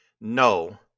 No